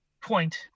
point